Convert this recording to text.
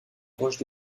roches